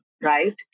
Right